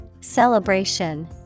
Celebration